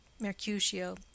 Mercutio